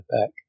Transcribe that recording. back